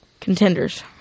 Contenders